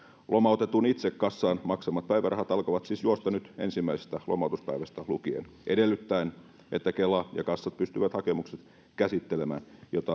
lomautetun itse kassaan maksamat päivärahat alkavat siis juosta nyt ensimmäisestä lomautuspäivästä lukien edellyttäen että kela ja kassat pystyvät hakemukset käsittelemään